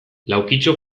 laukitxo